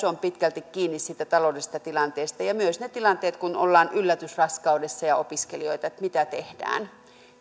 on pitkälti kiinni siitä taloudellisesta tilanteesta myös niissä tilanteissa kun ollaan yllätysraskaudessa ja opiskelijoita ja mietitään mitä tehdään